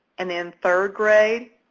and then third grade,